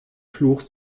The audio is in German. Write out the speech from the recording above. fluch